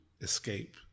escape